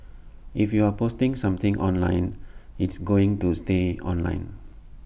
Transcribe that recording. if you're posting something online it's going to stay online